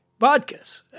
vodkas